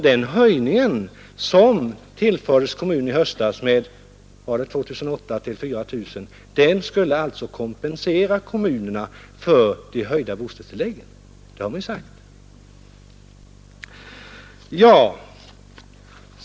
Den höjning som tillfördes kommunerna i höstas med 2 800—4 000 kronor skulle kompensera kommunerna för de höjda bostadstilläggen, det har man ju sagt.